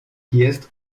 jest